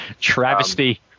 Travesty